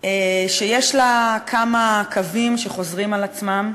שיש לה כמה קווים שחוזרים על עצמם.